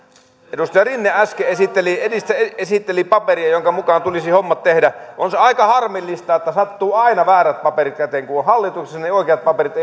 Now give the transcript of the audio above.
edustaja rinne äsken esitteli paperia jonka mukaan tulisi hommat tehdä on se aika harmillista että sattuu aina väärät paperit käteen kun on hallituksessa oikeat paperit eivät